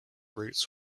routes